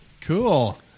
cool